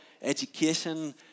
education